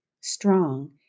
strong